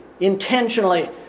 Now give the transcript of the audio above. intentionally